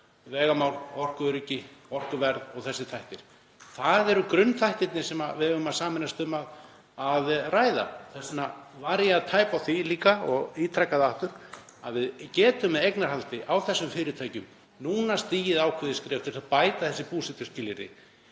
vegamál, orkuöryggi, orkuverð og þessir þættir. Það eru grunnþættirnir sem við eigum að sameinast um að ræða. Þess vegna var ég að tæpa á því líka og ítreka það aftur að við getum með eignarhaldi á þessum fyrirtækjum núna stigið ákveðið skref til að bæta þessi búsetuskilyrði.